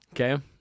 Okay